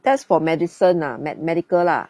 that's for medicine ah med~ medical lah